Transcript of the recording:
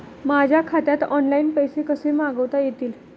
माझ्या खात्यात ऑनलाइन पैसे कसे मागवता येतील?